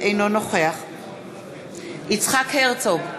אינו נוכח יצחק הרצוג,